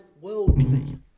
worldly